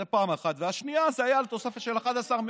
זה, 1. השני היה על תוספת של 11,